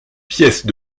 pièces